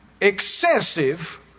excessive